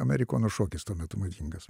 amerikonų šokis tuo metu madingas